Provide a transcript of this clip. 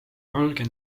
valge